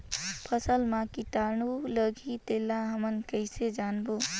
फसल मा कीटाणु लगही तेला हमन कइसे जानबो?